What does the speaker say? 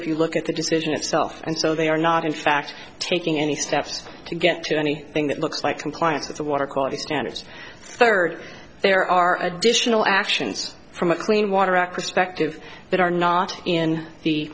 if you look at the decision itself and so they are not in fact taking any steps to get to anything that looks like compliance with the water quality standards third there are additional actions from a clean water act perspective that are not in the